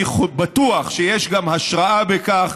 אני בטוח שיש גם השראה בכך,